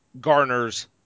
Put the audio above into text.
garners